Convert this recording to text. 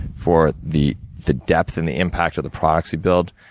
for the the depth and the impact of the products we build.